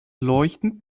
leuchtend